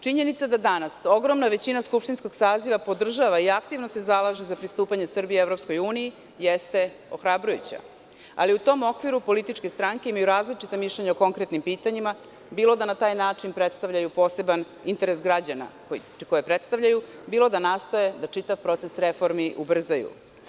Činjenica da danas ogromna većina skupštinskog saziva podržava i aktivno se zalaže za pristupanje Srbije EU jeste ohrabrujuća, ali u tom okviru političke stranke imaju različita mišljenja o konkretnim pitanjima, bilo da na taj način predstavljaju poseban interes građana koje predstavljaju, bilo da nastoje da čitav proces reformi ubrzaju.